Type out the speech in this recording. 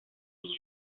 was